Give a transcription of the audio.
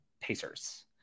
Pacers